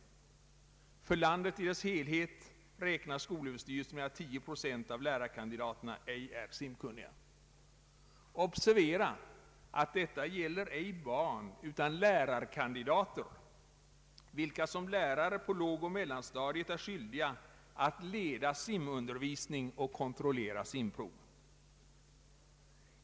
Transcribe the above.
För landet i dess helhet räknar skolöverstyrelsen med att 10 procent av lärarkandidaterna ej är simkunniga. Anslag till lärarutbildning lågoch mellanstadiet är skyldiga att leda simundervisning och kontrollera simprov.